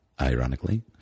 ironically